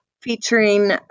featuring